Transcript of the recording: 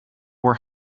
were